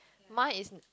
mine is